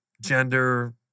gender